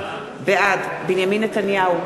בנימין נתניהו,